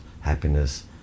happiness